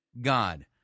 God